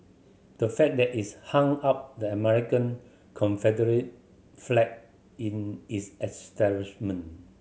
the fact that is hung up the American Confederate flag in is establishment